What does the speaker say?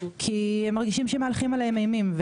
כי הם מרגישים שמהלכים עליהם אימים.